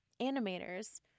animators